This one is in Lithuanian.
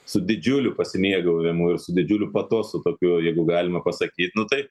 su didžiuliu pasimėgaujimu ir su didžiuliu patosu tokiu jeigu galima pasakyt nu tai